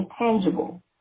intangible